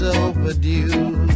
overdue